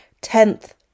Tenth